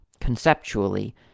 conceptually